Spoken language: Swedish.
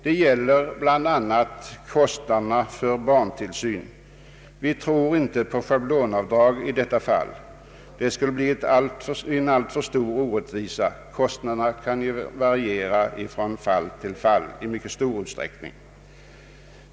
Det gäller bl.a. kostnaderna för barntillsyn. I detta fall tror vi inte på principen med schablonavdrag. Orättvisan skulle bli alltför stor. Kostnaderna kan ju variera från fall till fall i mycket stor utsträckning.